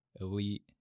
elite